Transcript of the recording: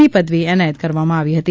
ની પદવી એનાયત કરવામાં આવી હતી